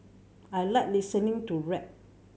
I like listening to rap